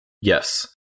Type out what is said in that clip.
Yes